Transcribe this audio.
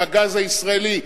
בגז הישראלי,